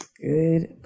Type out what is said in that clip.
Good